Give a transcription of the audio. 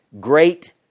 great